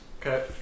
Okay